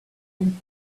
and